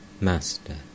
Master